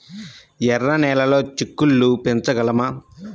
ఎర్ర నెలలో చిక్కుళ్ళు పెంచగలమా?